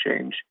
change